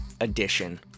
edition